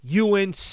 UNC